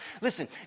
Listen